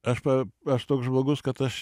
aš pa aš toks žmogus kad aš